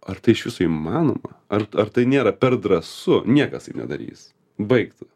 ar tai iš viso įmanoma ar ar tai nėra per drąsu niekas taip nedarys baigta